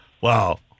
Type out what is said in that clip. Wow